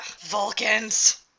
Vulcans